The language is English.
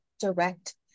direct